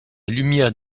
lumière